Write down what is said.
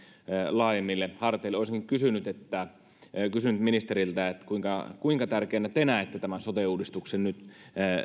laajemmille harteille olisinkin kysynyt ministeriltä kuinka kuinka tärkeänä te näette tämän sote uudistuksen nyt